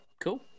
cool